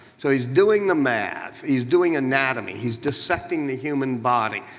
so he's doing the math. he's doing anatomy. he's dissecting the human body.